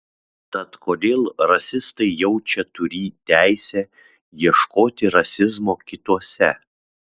tad kodėl rasistai jaučia turį teisę ieškoti rasizmo kituose